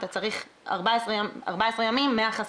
אתה צריך 14 ימים מהחשיפה.